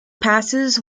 passes